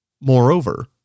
Moreover